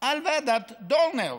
על ועדת דורנר,